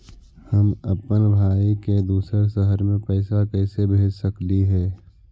हम अप्पन भाई के दूसर शहर में पैसा कैसे भेज सकली हे?